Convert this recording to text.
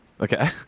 Okay